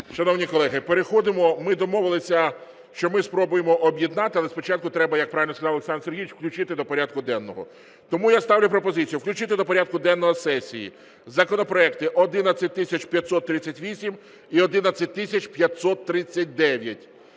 Шановні колеги, переходимо… Ми домовилися, що ми спробуємо об'єднати, але спочатку треба, як правильно сказав Олександр Сергійович, включити до порядку денного. Тому я ставлю пропозицію включити до порядку денного сесії законопроекти 11538 і 11539.